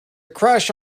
crush